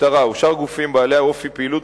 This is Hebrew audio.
המשטרה ושאר גופים בעלי אופי פעילות